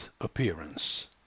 APPEARANCE